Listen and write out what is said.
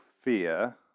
fear